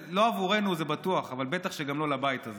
לא עבורנו, זה בטוח, אבל בטח גם לא לבית הזה.